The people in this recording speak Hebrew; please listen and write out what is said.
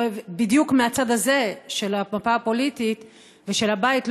בדיוק מהצד הזה של המפה הפוליטית של הבית,